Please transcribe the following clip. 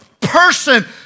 person